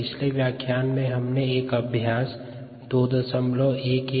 पिछले व्याख्यान में हमने एक अभ्यास समस्या 21